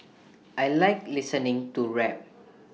I Like listening to rap